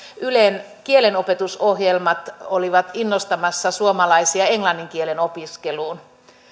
ylen kielenopetusohjelmat olivat innostamassa suomalaisia englannin kielen opiskeluun